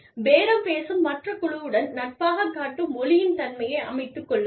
பேரம் பேசும் மற்ற குழுவுடன் நட்பாகக் காட்டும் ஒலியின் தன்மையை அமைத்துக்கொள்ளுங்கள்